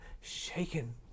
shaken